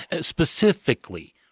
Specifically